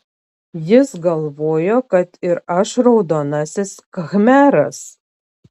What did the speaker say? jis galvojo kad ir aš raudonasis khmeras